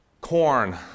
corn